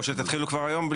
או שתתחילו כבר היום,